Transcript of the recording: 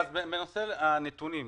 בנושא הנתונים,